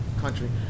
country